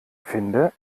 finde